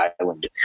island